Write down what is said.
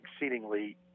exceedingly